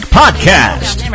podcast